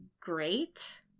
great